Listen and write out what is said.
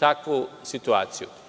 takvu situaciju.